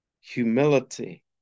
humility